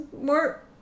more